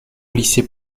lycée